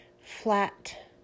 flat